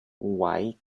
why